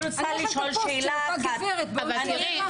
יש את הפוסט של אותה גברת שאומר משהו אחר לגמרי.